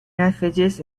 messages